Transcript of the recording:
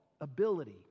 ability